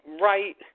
right